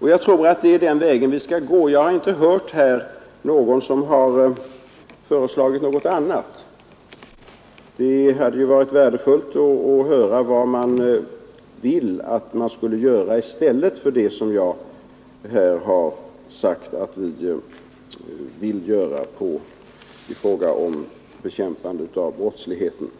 Och jag tror att det är den vägen vi skall gå. Jag har inte hört att någon här har föreslagit någonting annat. Det hade varit värdefullt att höra vad man vill att vi skall göra i stället för det som jag här har sagt att vi vill göra för bekämpande av brottsligheten.